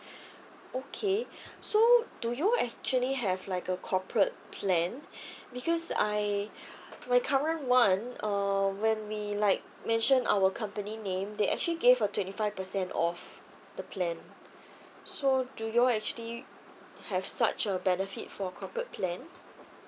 okay so do you actually have like a corporate plan because I my current one um when we like mention our company name they actually gave a twenty five percent off the plan so do you all actually have such a benefit for corporate plan